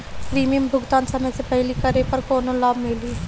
Premium भुगतान समय से पहिले करे पर कौनो लाभ मिली?